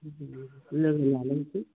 लोगो लालायनोसै